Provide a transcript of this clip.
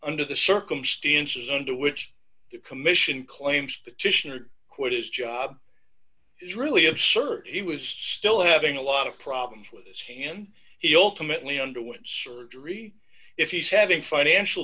under the circumstances under which the commission claims petitioner quit his job is really absurd he was still having a lot of problems with his hand he all to mentally underwent surgery if he's having financial